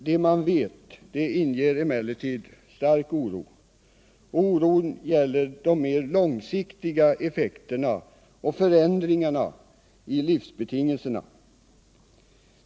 Det man vet inger emellertid stark oro, och oron gäller de mer långsiktiga effekterna på och förändringarna i livsbetingelserna.